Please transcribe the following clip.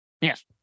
Yes